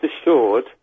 assured